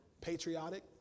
patriotic